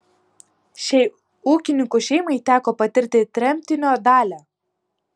šiai ūkininkų šeimai teko patirti tremtinio dalią